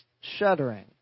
shuddering